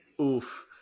Oof